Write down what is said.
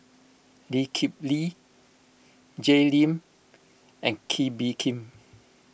Lee Kip Lee Jay Lim and Kee Bee Khim